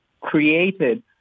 created